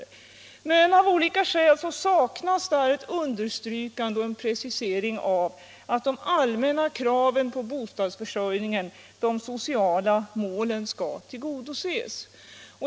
Men av olika skäl saknas där ett understrykande och en precisering av att de allmänna kraven på bostadsförsörjningen — de sociala målen — skall tillgodoses.